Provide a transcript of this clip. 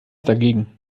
dagegen